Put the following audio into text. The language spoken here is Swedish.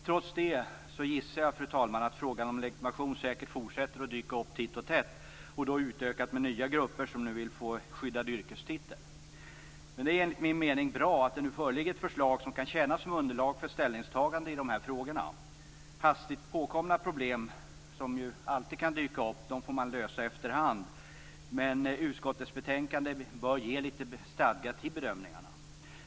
Trots det gissar jag, fru talman, att frågan om legitimation säkert fortsätter att dyka upp titt och tätt och då utökad med nya grupper som vill få skyddad yrkestitel. Det är dock enligt min mening bra att det föreligger ett förslag som kan tjäna som underlag för ställningstagande i dessa frågor. Hastigt påkomna problem som ju alltid kan dyka upp får man lösa efter hand. Men utskottets betänkande bör ge litet stadga till bedömningarna.